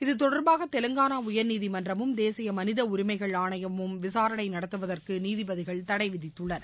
இதுதொடர்பாக தெலங்கானா உயர்நீதிமன்றமும் தேசிய மனித உரிமைகள் ஆணையமும் விசாரணை நடத்துவதற்கு நீதிபதிகள் தடை விதித்துள்ளனர்